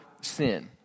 sin